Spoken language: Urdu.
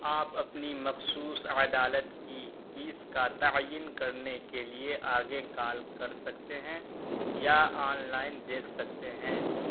آپ اپنی مخصوص عدالت کی فیس کا تعین کرنے کے لیے آگے کال کر سکتے ہیں یا آن لائن دیکھ سکتے ہیں